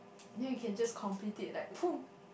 then you can just complete it like